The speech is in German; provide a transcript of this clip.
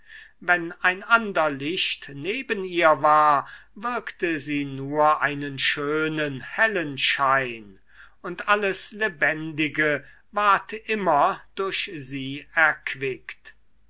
wenn ein ander licht neben ihr war wirkte sie nur einen schönen hellen schein und alles lebendige ward immer durch sie erquickt